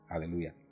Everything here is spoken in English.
Hallelujah